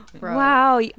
Wow